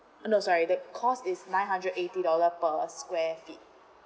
no sorry that cost is nine hundred eighty dollar per hour square feet